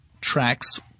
tracks